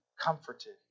comforted